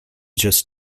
just